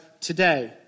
today